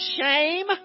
Shame